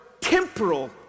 temporal